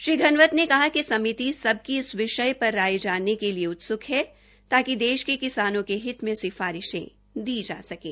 श्री घनवत ने कहा कि समिति सब की इस विषय पर राय जानने के लिए उत्स्क है ताकि देश के किसानों के हित में सिफारिशें दी जा सकें